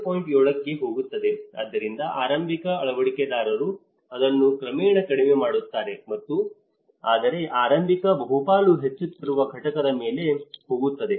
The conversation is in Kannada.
7 ಕ್ಕೆ ಹೋಗುತ್ತದೆ ಆದ್ದರಿಂದ ಆರಂಭಿಕ ಅಳವಡಿಕೆದಾರರು ಅದನ್ನು ಕ್ರಮೇಣ ಕಡಿಮೆ ಮಾಡುತ್ತಾರೆ ಮತ್ತು ಆದರೆ ಆರಂಭಿಕ ಬಹುಪಾಲು ಹೆಚ್ಚುತ್ತಿರುವ ಘಟಕದ ಮೇಲೆ ಹೋಗುತ್ತದೆ